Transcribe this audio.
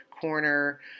corner